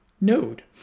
node